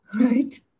right